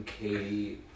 Katie